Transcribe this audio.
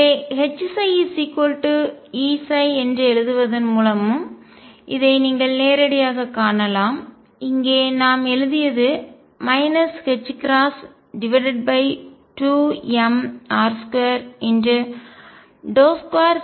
எனவே Hψ Eψ என்று எழுதுவதன் மூலமும் இதை நீங்கள் நேரடியாகக் காணலாம் இங்கே நாம் எழுதியது 2mR222Eψ